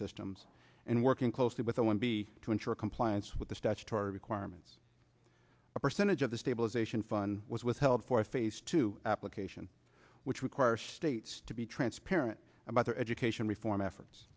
systems and working closely with the one b to ensure compliance with the statutory requirements a percentage of the stabilization fund was withheld for phase two application which requires states to be transparent about their education reform efforts